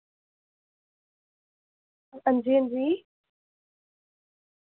हांजी हांजी